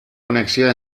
connexió